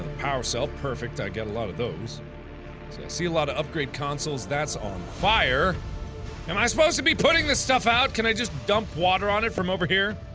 power cell perfect i get a lot of those see a lot of upgrade consoles that's on fire am i supposed to be putting this stuff out can i just dump water on it from over here